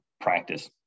practice